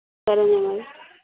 సరే మరి